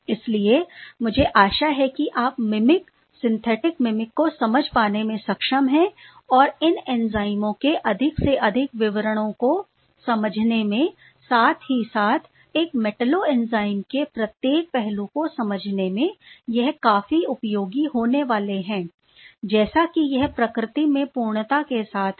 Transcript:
इसलिए मुझे आशा है कि आप मिमिक सिंथेटिक मिमिक को समझ पाने में सक्षम हैं और ये इन एंजाइमों के अधिक से अधिक विवरणों को समझने में साथ ही साथ एक मैटेलोएंजाइम के प्रत्येक पहलू को समझने में यह काफी उपयोगी होने वाले हैं जैसा कि यह प्रकृति में पूर्णता के साथ हैं